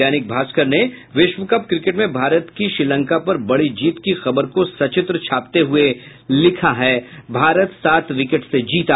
दैनिक भास्कर विश्व cup cricket में भारत की श्रीलंका पर बड़ी जीत की खबर को सचित्र छापते हुये लिखा है भारत सात विकेट से जीता